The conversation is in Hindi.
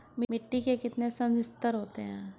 मिट्टी के कितने संस्तर होते हैं?